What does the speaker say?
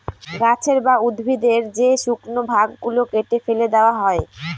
গাছের বা উদ্ভিদের যে শুকনো ভাগ গুলো কেটে ফেলে দেওয়া হয়